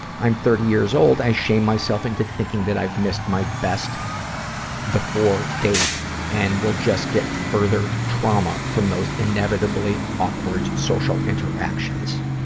i'm thirty years old, i shame myself into thinking that i've missed my best before date and will just get further trauma from those inevitably awkward social interactions.